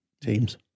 teams